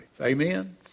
Amen